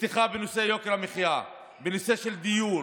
נפתחה בנושא יוקר המחיה, בנושא של דיור